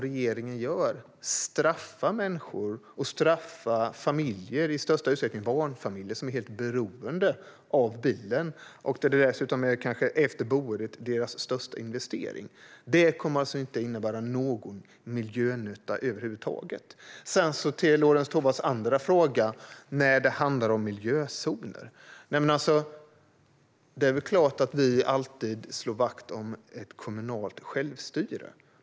Regeringen straffar människor och straffar familjer, i största utsträckning barnfamiljer, som är helt beroende av bilen. Dessutom är kanske bilen deras största investering efter boendet. Detta kommer alltså inte att innebära någon miljönytta över huvud taget. Sedan kommer jag till Lorentz Tovatts fråga som handlar om miljözoner. Det är väl klart att vi alltid slår vakt om ett kommunalt självstyre.